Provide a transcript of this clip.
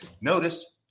Notice